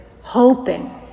hoping